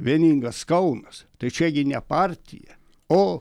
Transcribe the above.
vieningas kaunas tai čia gi ne partija o